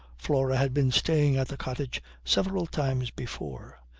flora had been staying at the cottage several times before.